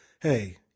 hey